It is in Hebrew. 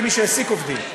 כמי שהעסיק עובדים,